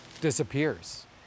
disappears